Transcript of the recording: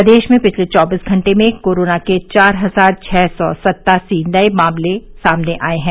प्रदेश में पिछले चौबीस घंटे में कोरोना के चार हजार छः सौ सत्तासी नये मामले आये है